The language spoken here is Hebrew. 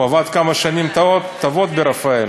הוא עבד כמה שנים טובות ברפא"ל.